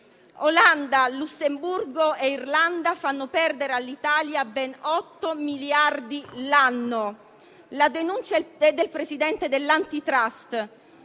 Olanda, Lussemburgo e Irlanda fanno perdere all'Italia ben 8 miliardi di euro l'anno. Come denuncia il presidente dell'*Antitrust*,